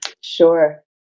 sure